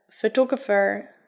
photographer